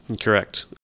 Correct